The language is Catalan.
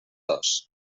dos